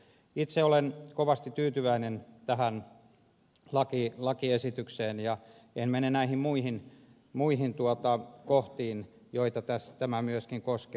itse olen kovasti tyytyväinen tähän lakiesitykseen enkä mene näihin muihin kohtiin joita tämä myöskin koskee